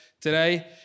today